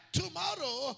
tomorrow